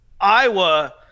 Iowa